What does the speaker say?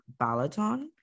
Balaton